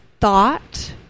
thought